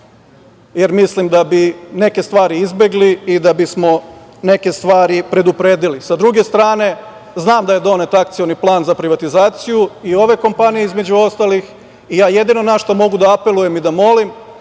jer mislim da bismo neke stvari izbegli i da bismo neke stvari predupredili.S druge strane, znam da je donet Akcioni plan za privatizaciju i ove kompanije, između ostalih, i ja jedino na šta mogu da apelujem i da molim